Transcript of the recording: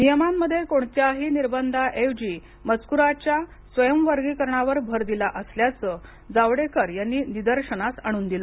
नियमांमध्ये कोणत्याही निर्बंधांऐवजी मजकूराच्या स्वयंवर्गीकरणावर भर दिला असल्याचं जावडेकर यांनी निदर्शनास आणून दिलं